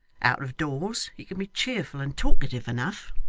out of doors, he can be cheerful and talkative enough